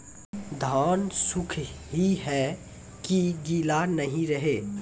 धान सुख ही है की गीला नहीं रहे?